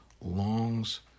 longs